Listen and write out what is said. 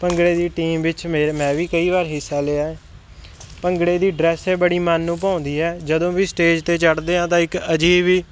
ਭੰਗੜੇ ਦੀ ਟੀਮ ਵਿੱਚ ਮੇਰੇ ਮੈਂ ਵੀ ਕਈ ਵਾਰ ਹਿੱਸਾ ਲਿਆ ਭੰਗੜੇ ਦੀ ਡਰੈਸ ਬੜੀ ਮਨ ਨੂੰ ਭਾਉਂਦੀ ਹੈ ਜਦੋਂ ਵੀ ਸਟੇਜ 'ਤੇ ਚੜ੍ਹਦੇ ਹਾਂ ਤਾਂ ਇੱਕ ਅਜੀਬ ਹੀ